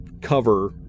cover